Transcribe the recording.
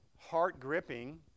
heart-gripping